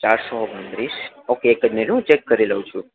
ચારસો ઓગણત્રીસ ઓકે એક મિનિટ હું ચેક કરી લઉ છુ